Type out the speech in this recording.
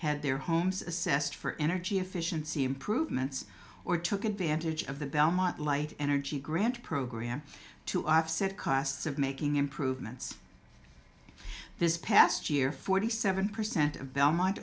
had their homes assessed for energy efficiency improvements or took advantage of the belmont light energy grant program to offset costs of making improvements this past year forty seven percent of belmont